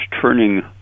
turning